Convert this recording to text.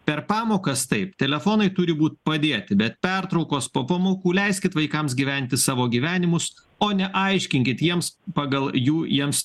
per pamokas taip telefonai turi būt padėti be pertraukos po pamokų leiskit vaikams gyventi savo gyvenimus o neaiškinkit jiems pagal jų jiems